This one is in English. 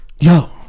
Yo